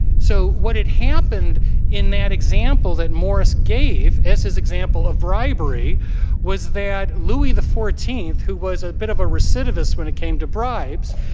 so what had happened in that example that morris gave as his example of bribery was that louis, the fourteenth, who was a bit of a recidivist when it came to bribes,